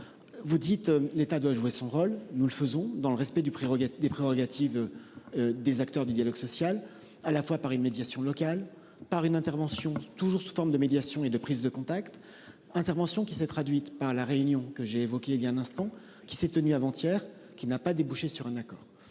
Vous dites l'État doit jouer son rôle. Nous le faisons dans le respect du prérogatives des prérogatives. Des acteurs du dialogue social à la fois par une médiation locale par une intervention toujours sous forme de médiation et de prise de contact intervention qui s'est traduite par la réunion que j'ai évoqué il y a un instant, qui s'est tenue avant-hier qui n'a pas débouché sur un accord.